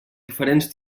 diferents